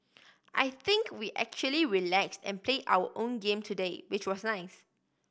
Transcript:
I think we actually relaxed and play our own game today which was nice